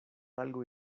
algo